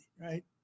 right